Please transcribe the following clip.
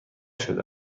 شده